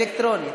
אלקטרוני.